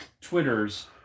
Twitters